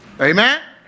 Amen